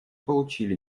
получили